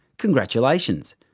congratulations!